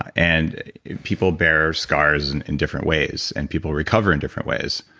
and people bear scars and in different ways and people recover in different ways.